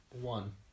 one